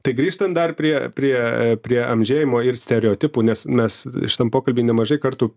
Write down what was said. tai grįžtant dar prie prie prie amžėjimo ir stereotipų nes mes šitam pokalby nemažai kartų